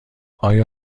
آیا